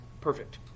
perfect